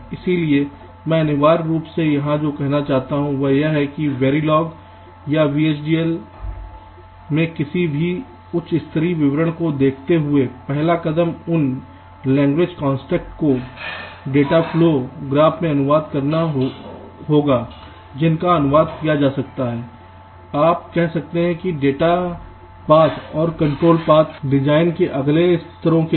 इसलिए मैं अनिवार्य रूप से यहां जो कहना चाहता हूं वह यह है कि Verilog या VHDL में किसी भी उच्च स्तरीय विवरण को देखते हुए पहला कदम उन language constructs को data flow Data flow graph में अनुवाद करना होगा जिनका अनुवाद किया जा सकता है आप कह सकते हैं डेटा पाथ और कॉन्ट्रोल पाथ डिजाइन के अगले स्तरों के लिए